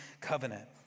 covenant